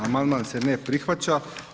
Amandman se ne prihvaća.